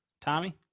Tommy